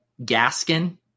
Gaskin